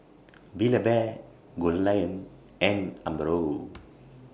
Build A Bear Goldlion and Umbro